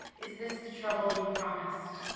is this the trouble you promised.